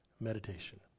Meditation